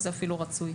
וזה אפילו רצוי.